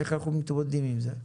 איך אנחנו מתמודדים עם זה?